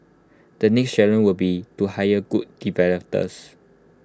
the next challenge would be to hire good developers